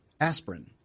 aspirin